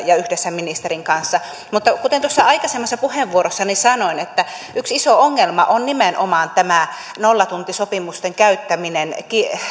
ja yhdessä ministerin kanssa mutta kuten aikaisemmassa puheenvuorossani sanoin yksi iso ongelma on nimenomaan tämä nollatuntisopimusten käyttäminen